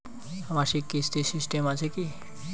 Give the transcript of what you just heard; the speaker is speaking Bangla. মাসিক কিস্তির সিস্টেম আছে কি?